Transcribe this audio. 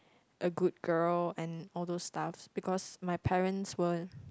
a good girl and all those stuffs because my parents were